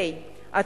ה.